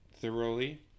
thoroughly